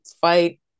fight